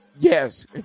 Yes